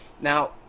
now